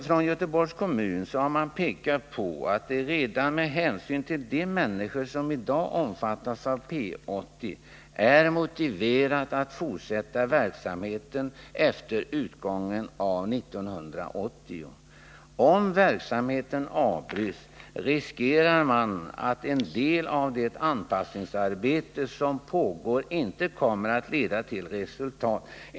Från Göteborgs kommun har man pekat på att det redan med hänsyn till de människor som i dag omfattas av P 80 är motiverat att fortsätta verksamheten efter utgången av 1980. Om verksamheten avbryts riskerar man att en del av det anpassningsarbete som pågår inte kommer att leda till resultat.